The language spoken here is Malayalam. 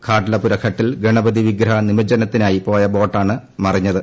ഖാട്ലപുര ഘട്ടിൽ ഗണപതി വിഗ്രഹ നിമജ്ജനത്തിനായി പോയ ബോട്ടാണ് മറിഞ്ഞത്